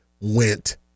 went